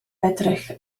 edrych